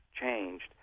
changed